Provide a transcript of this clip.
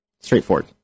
Straightforward